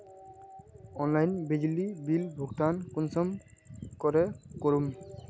Online बिजली bill भुगतान कुंसम करे करूम?